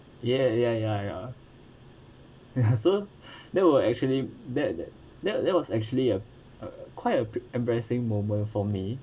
ya ya ya ya rehearsal that were actually that that that that was actually a a quite a embarrassing moment for me